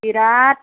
बेराद